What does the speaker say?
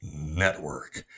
Network